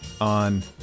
on